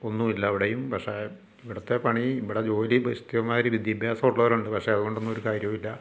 ഒന്നുമില്ല അവിടെയും പക്ഷേ ഇവിടുത്തെ പണി ഇവിടെ ജോലി ബെസ്റ്റുമ്മാർ വിദ്യാഭ്യാസം ഉള്ളവരുണ്ട് പക്ഷേ അതുകൊണ്ടൊന്നും ഒരു കാര്യവുമില്ല